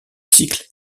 cycle